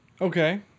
Okay